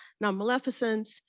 non-maleficence